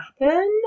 happen